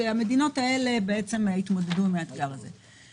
שהמדינות האלה יתמודדו עם האתגר הזה.